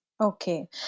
Okay